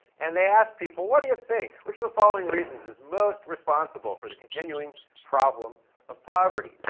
and they asked people, what do you think? which of the following reasons is most responsible for the continuing problem of poverty?